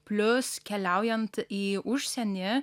plius keliaujant į užsienį